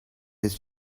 his